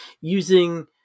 using